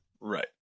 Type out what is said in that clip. Right